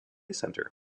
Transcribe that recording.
centre